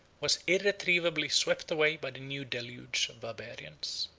was irretrievably swept away by a new deluge of barbarians.